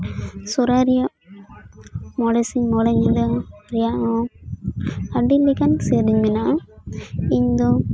ᱥᱚᱦᱚᱨᱟᱭ ᱨᱮᱭᱟᱜ ᱢᱚᱸᱬᱮ ᱥᱤᱧ ᱢᱚᱸᱬᱮ ᱧᱤᱫᱟᱹ ᱨᱮᱭᱟᱜ ᱦᱚ ᱟᱹᱰᱤ ᱞᱮᱠᱟᱱ ᱥᱤᱨᱤᱧ ᱢᱮᱱᱟᱜᱼᱟ ᱤᱧ ᱫᱚ